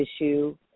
issue